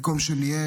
במקום שנהיה